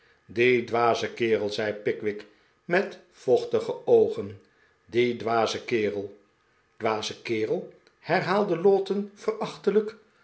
die dwaze kerel zei pickwick met vochtige oogen die dwaze kerel dwaze kerel herhaalde lowten